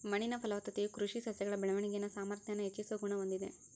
ಮಣ್ಣಿನ ಫಲವತ್ತತೆಯು ಕೃಷಿ ಸಸ್ಯಗಳ ಬೆಳವಣಿಗೆನ ಸಾಮಾರ್ಥ್ಯಾನ ಹೆಚ್ಚಿಸೋ ಗುಣ ಹೊಂದಿದೆ